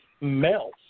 Melt